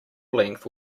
length